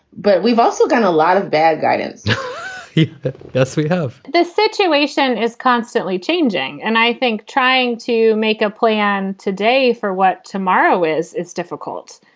but we've also got a lot of bad guidance that we have this situation is constantly changing. and i think trying to make a plan today for what tomorrow is. it's difficult.